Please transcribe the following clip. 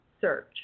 search